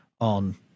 on